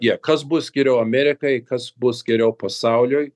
jie kas bus geriau amerikai kas bus geriau pasauliui